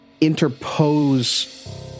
interpose